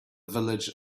village